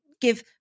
give